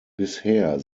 bisher